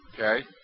okay